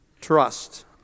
trust